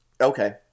Okay